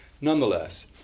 Nonetheless